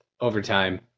overtime